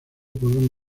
podrán